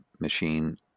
machine